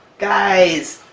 guys!